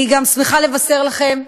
אני גם שמחה לבשר לכם,